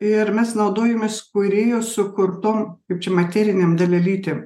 ir mes naudojomės kūrėjo sukurtom kaip čia materinėm dalelytėm